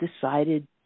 decided